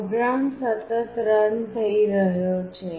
programme સતત run થઈ રહ્યો છે